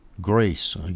Grace